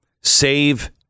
save